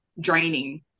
draining